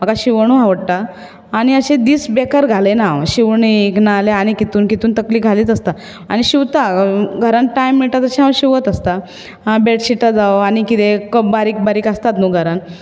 म्हाका शिंवणूय आवडटा आनी अशें दीस बेकार घालयना हांव शिंवणीक नाजाल्यार आनीक कितून कितून तकली घालीत आसता आनी शिंवता घरांत टायम मेळटा तशें हांव शिंवत आसता बॅडशिटां जावं आनी किदें कप बारीक बारीक आसतात न्हू घरान